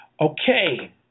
Okay